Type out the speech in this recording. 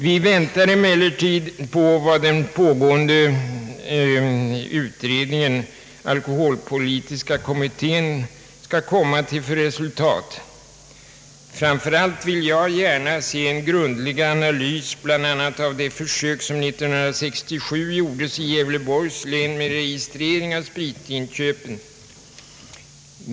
Vi väntar emellertid på vad den alkoholpolitiska kommittén skall komma till för resultat. Framför allt vill jag gärna se en grundlig analys bl.a. av det försök som 1967 gjordes i Gävleborgs län med registrering av spritinköpen.